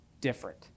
different